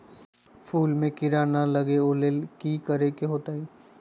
फूल में किरा ना लगे ओ लेल कि करे के होतई?